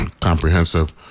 comprehensive